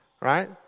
right